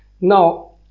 Now